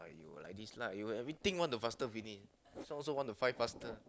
you like this lah you everything want to faster finish this one also want to find faster